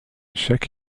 chaque